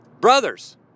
Brothers